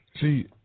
see